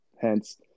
Hence